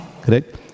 Correct